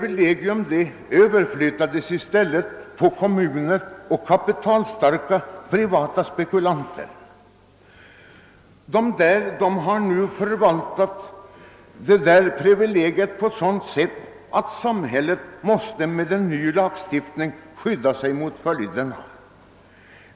I stället överflyttades privilegiet till kommuner och kapitalstarka privata spekulanter, som har förvaltat förmånen på sådant sätt att samhället nu med en ny lagstiftning måste skydda sig mot följderna.